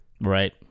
Right